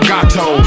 Gato